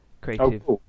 Creative